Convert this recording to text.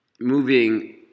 moving